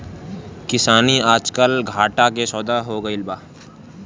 किसानी आजकल घाटा के सौदा हो गइल बा